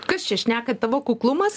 kas čia šneka tavo kuklumas